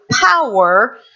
power